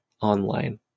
online